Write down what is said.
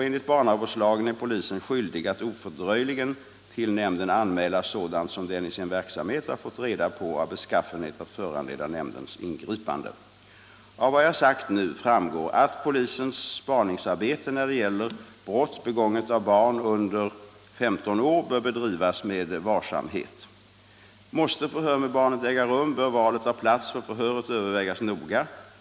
Enligt barnavårdslagen är polisen skyldig att ofördröjligen till nämnden anmäla sådant som den i sin verksamhet har fått reda på av beskaffenhet att föranleda nämndens ingripande. Av vad jag sagt nu framgår att polisens spaningsarbete när det gäller brott begånget av barn under 15 år bör bedrivas med varsamhet. Måste förhör med barnet äga rum, bör valet av plats för förhöret övervägas noga.